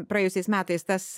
praėjusiais metais tas